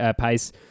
pace